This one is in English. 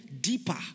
deeper